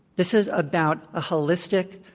this is about a holistic,